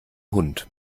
hund